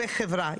וחברה.